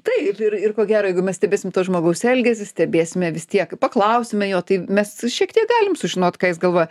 taip ir ir ko gero jeigu mes stebėsim to žmogaus elgesį stebėsime vis tiek paklausime jo tai mes šiek tiek galim sužinot ką jis galvoja